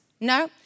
No